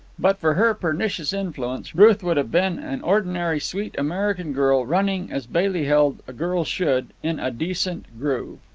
but for her pernicious influence, ruth would have been an ordinary sweet american girl, running as, bailey held, a girl should, in a decent groove.